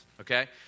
okay